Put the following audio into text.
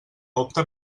opte